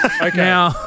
Okay